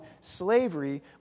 slavery